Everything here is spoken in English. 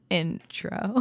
intro